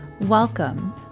welcome